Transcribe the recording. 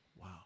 Wow